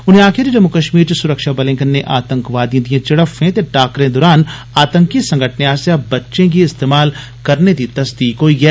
उनें आक्खेआ जे जम्मू कश्मीर च सुरक्षा बलें कन्नै आतंकिए दिए झडफ्फें ते टाकरें दरान आतंकी संगठनें आस्सेआ बच्चें गी इस्तेमाल करने दी तस्दीक होई ऐ